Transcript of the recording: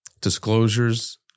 disclosures